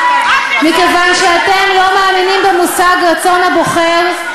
מכיוון שאתם לא מאמינים במושג רצון הבוחר,